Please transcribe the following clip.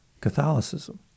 Catholicism